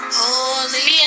holy